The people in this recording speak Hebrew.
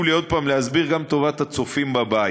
חשוב לי עוד פעם להסביר, גם לטובת הצופים בבית: